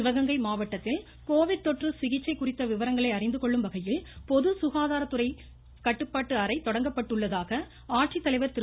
சிவகங்கை மாவட்டத்தில் கோவிட் தொற்று சிகிச்சை குறித்த விவரங்களை அறிந்துகொள்ளும் வகையில் பொது சுகாதாரத்துறை சார்பில் கட்டுப்பாட்டு அறை தொடங்கப்பட்டுள்ளதாக ஆட்சித்தலைவர் திரு